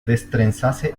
destrenzase